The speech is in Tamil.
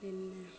என்ன